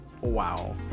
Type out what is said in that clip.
wow